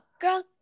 girl